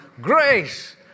grace